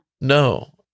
No